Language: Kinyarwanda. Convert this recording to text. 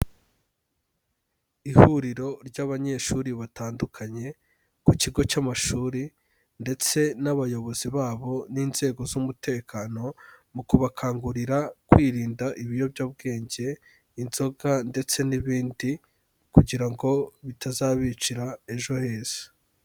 Ihuriro ry'abanyeshuri batandukanye ku kigo cy'amashuri ndetse n'abayobozi babo n'inzego z'umutekano, mu kubakangurira kwirinda ibiyobyabwenge, inzoga ndetse n'ibindi kugira ngo bitazabicira ejo heza.